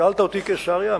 שאלת אותי על קיסריה.